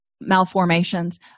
malformations